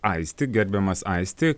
aisti gerbiamas aisti